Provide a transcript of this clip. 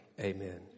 Amen